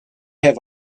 have